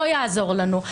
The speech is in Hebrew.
לא יעזור לנו,